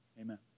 amen